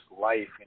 life